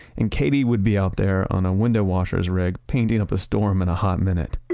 and katie would be out there on a window washers rig painting up a storm in a hot minute.